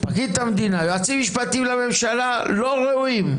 היועצים המשפטיים לממשלה לא ראויים.